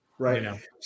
Right